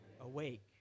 awake